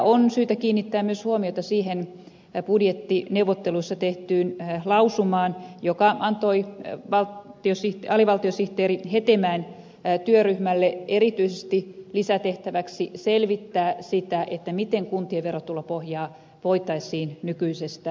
on syytä kiinnittää myös huomiota siihen budjettineuvotteluissa tehtyyn lausumaan joka antoi alivaltiosihteeri hetemäen työryhmälle erityisesti lisätehtäväksi selvittää sitä miten kuntien verotulopohjaa voitaisiin nykyisestä laajentaa